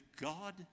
God